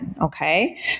okay